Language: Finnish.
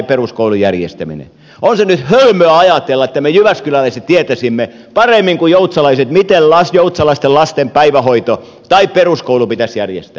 on se nyt hölmöä ajatella että me jyväskyläläiset tietäisimme paremmin kuin joutsalaiset miten joutsalaisten lasten päivähoito tai peruskoulu pitäisi järjestää